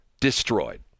destroyed